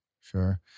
Sure